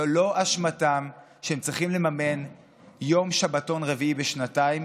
זאת לא אשמתם שהם צריכים לממן יום שבתון רביעי בשנתיים,